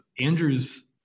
Andrew's